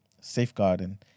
Safeguarding